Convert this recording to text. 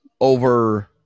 over